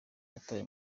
yatawe